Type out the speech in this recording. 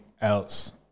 else